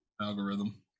algorithm